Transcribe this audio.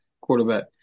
quarterback